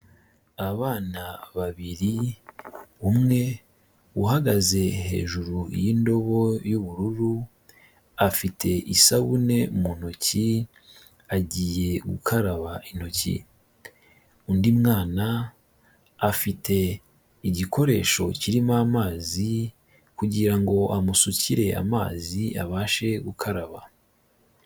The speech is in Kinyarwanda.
Abana babiri umwe uhagaze hejuru y'indobo y'ubururu, afite isabune mu ntoki agiye gukaraba intoki, undi mwana afite igikoresho kirimo amazi kugira ngo amusukire amazi abashe gukaraba.